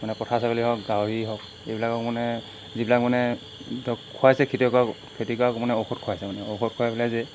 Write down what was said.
মানে পঠা ছাগলী হওক গাহৰি হওক এইবিলাকক মানে যিবিলাক মানে ধৰক খুৱাইছে খেতি খেতি মানে ঔষধ খোৱাইছে মানে ঔষধ খোৱাই পেলাই যে